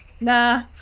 Nah